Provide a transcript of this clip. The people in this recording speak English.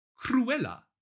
Cruella